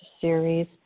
series